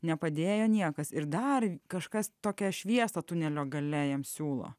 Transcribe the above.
nepadėjo niekas ir dar kažkas tokią šviesą tunelio gale jam siūlo